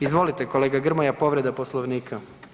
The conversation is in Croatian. Izvolite kolega Grmoja povreda Poslovnika.